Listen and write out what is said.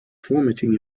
formatting